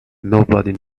nobody